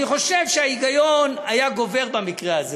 אני חושב שההיגיון היה גובר במקרה הזה.